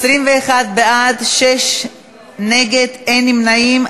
21 בעד, שישה נגד, אין נמנעים.